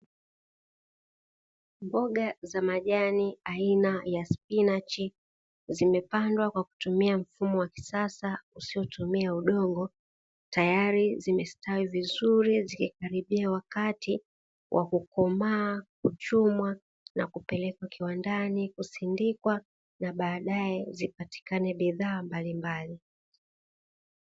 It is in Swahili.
Mboga za majani aina ya spinachi zimepandwa kwa kutumia mfumo wa kisasa usiotumia udongo tayari zimestawi vizuri zikikaribia wakati wa kukomaa, kuchumwa na kupelekwa kiwandani kusindikwa na baadae zipatikane bidhaa mbalimbali.